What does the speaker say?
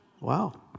Wow